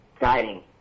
guiding